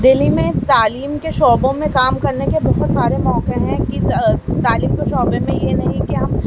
دہلی میں تعلیم کے شعبوں میں کام کرنے کے بہت سارے موقع ہیں کہ تعلیم کے شعبے میں یہ نہیں کہ ہم